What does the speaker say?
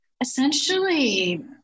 Essentially